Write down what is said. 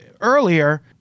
earlier